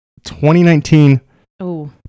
2019